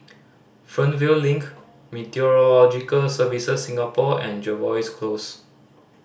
Fernvale Link Meteorological Services Singapore and Jervois Close